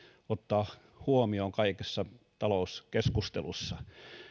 ottaa huomioon kaikessa talouskeskustelussa